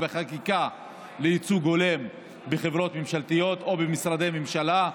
בחקיקה לייצוג הולם בחברות ממשלתיות או במשרדי ממשלה.